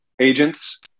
agents